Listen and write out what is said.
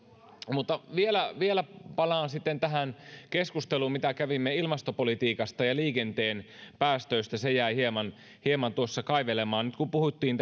vielä vielä palaan sitten tähän keskusteluun mitä kävimme ilmastopolitiikasta ja liikenteen päästöistä se jäi hieman hieman tuossa kaivelemaan nyt kun puhuttiin